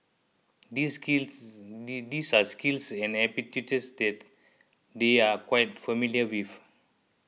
these skills these are skills and aptitudes that they are quite familiar with